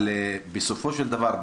אבל בסופו של דבר,